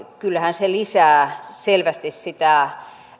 kyllähän se lisää selvästi sitä